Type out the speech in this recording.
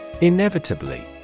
Inevitably